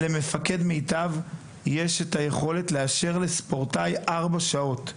למפקד מיטב יש היכולת לאשר לספורטאי ארבע שעות.